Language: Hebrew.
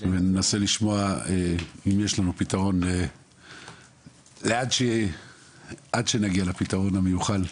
אז אנחנו ננסה לשמוע האם יש לנו פתרון לעד שנגיע לפתרון המיוחל.